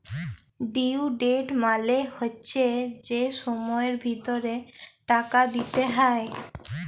due date মালে হচ্যে যে সময়ের ভিতরে টাকা দিতে হ্যয়